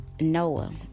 noah